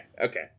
okay